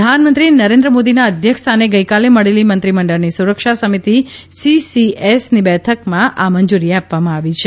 પ્રધાનમંત્રી નરેન્જ મોદીના અધ્યક્ષસ્થાને ગઇકાલે મળેલી મંત્રીમંડળની સુરક્ષા સમિતિ સીસીએસની બેઠકમાં આ મંજૂરી આપવામાં આવી છે